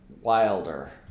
Wilder